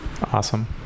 Awesome